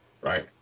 right